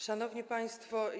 Szanowni Państwo!